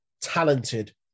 talented